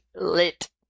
lit